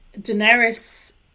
daenerys